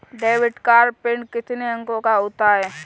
Debit card PIN कितने अंकों का होता है?